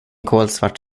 kolsvart